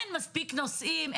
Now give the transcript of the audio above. אין מספיק נוסעים.